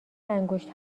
انگشت